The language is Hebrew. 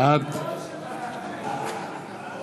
בעד